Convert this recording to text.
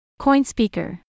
Coinspeaker